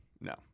no